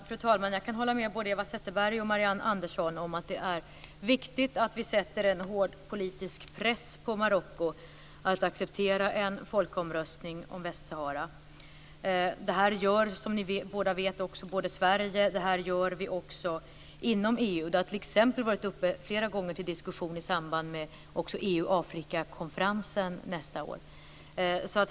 Fru talman! Jag kan hålla med både Eva Zetterberg och Marianne Andersson om att det är viktigt att vi sätter en hård politisk press på Marocko för att man ska acceptera en folkomröstning om Västsahara. Det här gör också Sverige, som ni båda vet, och vi gör det inom EU. Det har t.ex. varit uppe till diskussion flera gånger inför EU-Afrika-konferensen nästa år.